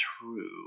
true